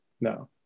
No